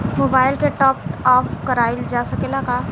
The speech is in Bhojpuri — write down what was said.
मोबाइल के टाप आप कराइल जा सकेला का?